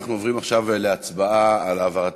אנחנו עוברים עכשיו להצבעה על העברה